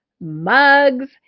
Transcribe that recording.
mugs